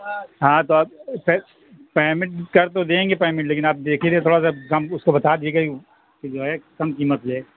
ہاں تو آپ سر پیمنٹ کر تو دیں گے پیمنٹ لیکن آپ دیکھیے گا تھوڑا سا کم اس کو بتا دیجیے گا کہ جو ہے کم قیمت لے